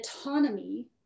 autonomy